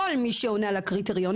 כל מי שעונה לקריטריונים,